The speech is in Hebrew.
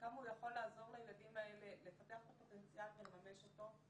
וכמה הוא יכול לעזור לילדים האלה לפתח את הפוטנציאל ולממש אותו.